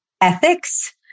ethics